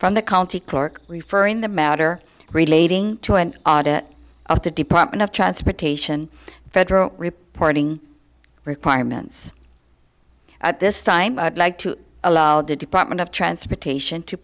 cork referring the matter relating to an audit of the department of transportation federal reporting requirements at this time i'd like to allow the department of transportation to